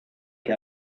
che